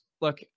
Look